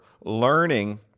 learning